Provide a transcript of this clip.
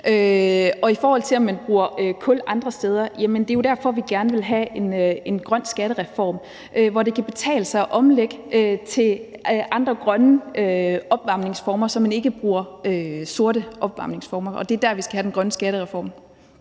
I forhold til om man bruger kul andre steder, vil jeg sige, at det jo er derfor, vi gerne vil have en grøn skattereform, som indebærer, at det kan betale sig at omlægge til andre grønne opvarmningsformer, så man ikke bruger sorte opvarmningsformer. Det er der, vi skal have den grønne skattereform.